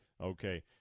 okay